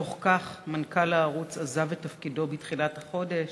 בתוך כך, מנכ"ל הערוץ עזב את תפקידו בתחילת החודש,